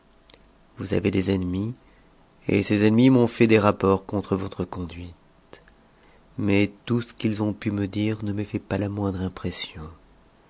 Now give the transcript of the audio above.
vous avez des ennemis et ces ennemis m'ont fait des rapports contre votre conduite mais tout ce qu'ils ont pu me dire ne me fait pas la moindre impression